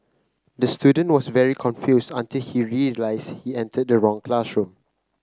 the student was very confused until he realised he entered the wrong classroom